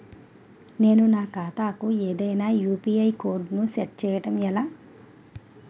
నేను నా ఖాతా కు ఏదైనా యు.పి.ఐ కోడ్ ను సెట్ చేయడం ఎలా?